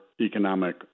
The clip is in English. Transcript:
economic